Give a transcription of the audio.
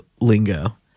lingo